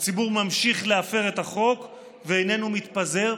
הציבור ממשיך להפר את החוק ואיננו מתפזר,